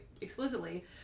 explicitly